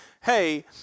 hey